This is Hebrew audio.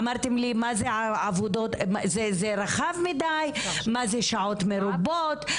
אמרתם לי, זה רחב מדי, מה זה שעות מרובות?